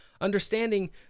Understanding